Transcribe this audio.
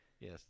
yes